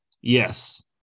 Yes